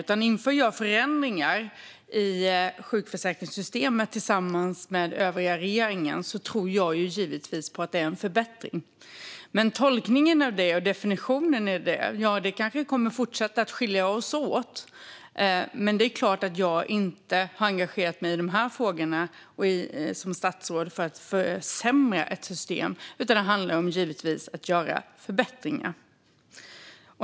Om jag inför förändringar i sjukförsäkringssystemet tillsammans med övriga regeringen tror jag givetvis på att det är förbättringar. Vad gäller tolkningen och definitionen av detta kommer det kanske att fortsätta att skilja sig mellan oss. Men det är klart att jag som statsråd inte har engagerat mig i de här frågorna för att försämra ett system, utan det handlar givetvis om att göra förbättringar.